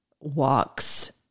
walks